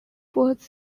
was